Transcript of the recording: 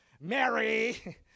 Mary